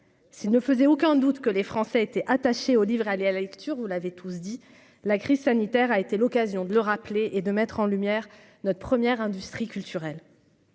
s'il ne faisait aucun doute que les Français étaient attachés au aller à la lecture, vous l'avez tous dit la crise sanitaire a été l'occasion de le rappeler et de mettre en lumière notre première industries culturelles.